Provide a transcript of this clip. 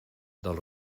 del